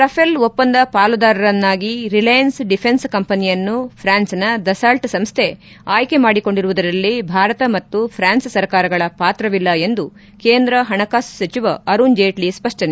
Rafale ಒಪ್ಪಂದ ಪಾಲುದಾರನನ್ನಾಗಿ Reliance defence ಕಂಪನಿಯನ್ನು ಪ್ರಾನ್ಸ್ನ ದಸಾಲ್ಟ್ ಸಂಸ್ಟೆ ಆಯ್ಟೆ ಮಾಡಿಕೊಂಡಿರುವುದರಲ್ಲಿ ಭಾರತ ಹಾಗೂ ಫ್ರಾನ್ಸ್ ಸರ್ಕಾರಗಳ ಪಾತ್ರವಿಲ್ಲ ಎಂದು ಕೇಂದ್ರ ಹಣಕಾಸು ಸಚಿವ ಅರುಣ್ ಜೇಟ್ಲಿ ಸ್ವಷ್ಣನೆ